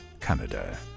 Canada